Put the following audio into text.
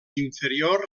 inferior